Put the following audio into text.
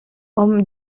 homme